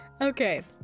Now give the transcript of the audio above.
Okay